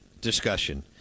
discussion